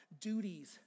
duties